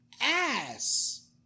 ass